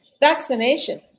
Vaccination